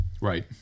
Right